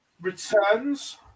returns